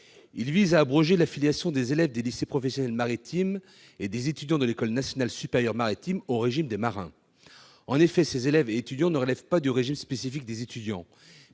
Il vise à abroger l'affiliation des élèves des lycées professionnels maritimes et des étudiants de l'École nationale supérieure maritime, l'ENSM, au régime des marins. Pour l'heure, ces élèves et étudiants ne relèvent pas du régime spécifique des étudiants,